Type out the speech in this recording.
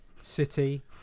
City